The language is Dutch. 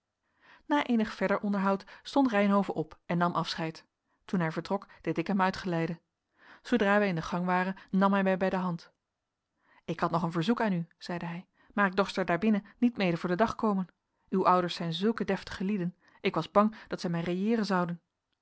na eenig verder onderhoud stond reynhove op en nam afscheid toen hij vertrok deed ik hem uitgeleide zoodra wij in de gang waren nam hij mij bij de hand ik had nog een verzoek aan u zeide hij maar ik dorst er daarbinnen niet mede voor den dag komen uw ouders zijn zulke deftige lieden ik was bang dat zij mij railleeren zouden